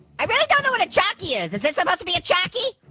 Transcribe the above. i really don't know what a chocky is. is this supposed to be a chocky?